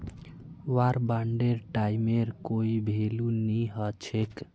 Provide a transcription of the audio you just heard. वार बांडेर टाइमेर कोई भेलू नी हछेक